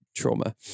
trauma